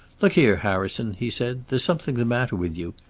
look here, harrison, he said, there's something the matter with you.